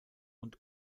und